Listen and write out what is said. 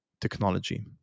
technology